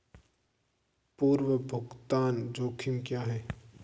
पूर्व भुगतान जोखिम क्या हैं?